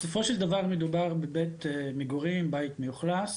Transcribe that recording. בסופו של דבר, מדובר במגורים, בית מאוכלס,